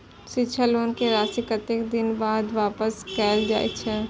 शिक्षा लोन के राशी कतेक दिन बाद वापस कायल जाय छै?